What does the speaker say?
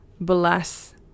bless